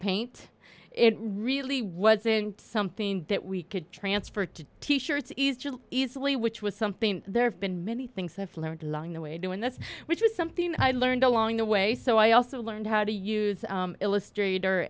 paint it really wasn't something that we could transfer to t shirts easily which was something there have been many things i've learnt along the way doing this which was something i learned along the way so i also learned how to use illustrator